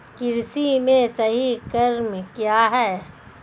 कृषि में सही क्रम क्या है?